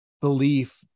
Belief